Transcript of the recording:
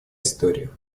история